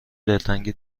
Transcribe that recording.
دلتنگ